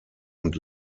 und